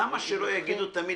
למה שלא יגידו תמיד